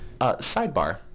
Sidebar